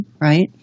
right